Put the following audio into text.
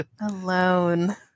Alone